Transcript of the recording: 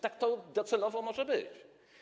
Tak to docelowo może być.